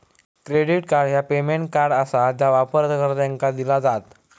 credit card ह्या payment card आसा जा वापरकर्त्यांका दिला जात